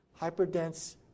hyperdense